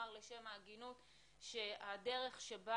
אני מוכרחה לומר לשם ההגינות שהדרך שבה